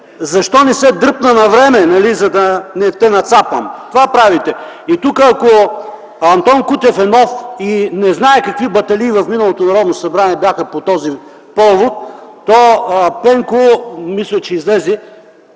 „Защо не се дръпна навреме, за да не те нацапам?!”. Вие това правите. Ако тук Антон Кутев е нов и не знае какви батаци в миналото Народно събрание бяха по този повод, то Пенко – мисля, че излезе,